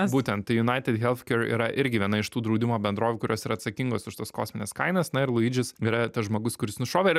būtent tai united healthcare yra irgi viena iš tų draudimo bendrovių kurios yra atsakingos už tas kosmines kainas na ir luidžis yra tas žmogus kuris nušovė ir